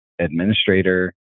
administrator